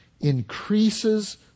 increases